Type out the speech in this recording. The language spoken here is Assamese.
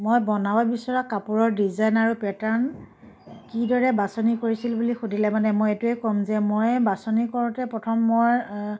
মই বনাব বিচৰা কাপোৰৰ ডিজাইন আৰু পেটাৰ্ণ কিদৰে বাছনি কৰিছিলোঁ সুধিলে মানে মই এইটোৱে ক'ম যে মই বাছনি কৰোঁতে প্ৰথম মই